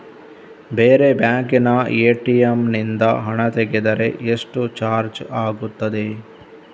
ಬೇರೆ ಬ್ಯಾಂಕಿನ ಎ.ಟಿ.ಎಂ ನಿಂದ ಹಣ ತೆಗೆದರೆ ಎಷ್ಟು ಚಾರ್ಜ್ ಆಗುತ್ತದೆ?